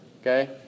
okay